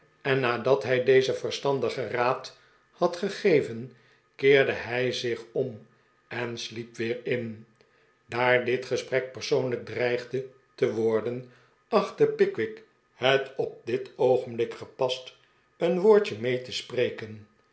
en nadat hij dezen verstandigen raad had gegeven keerde hij zich om en slicp weer in daar dit gesprek persoonlijk dreigde te worden achtte pickwick het op dit oogenblik gepast een woordje mee te spreken